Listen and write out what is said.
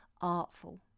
artful